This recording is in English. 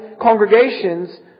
congregations